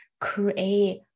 create